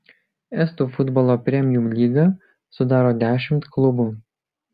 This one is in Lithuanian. estų futbolo premium lygą sudaro dešimt klubų